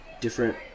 different